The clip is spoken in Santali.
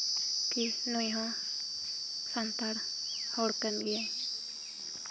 ᱠᱤ ᱱᱩᱭ ᱦᱚᱸ ᱥᱟᱱᱛᱟᱲ ᱦᱚᱲ ᱠᱟᱱ ᱜᱮᱭᱟᱭ